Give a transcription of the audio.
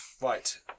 Right